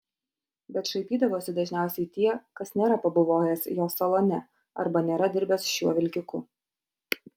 bet šaipydavosi dažniausiai tie kas nėra pabuvojęs jo salone arba nėra dirbęs šiuo vilkiku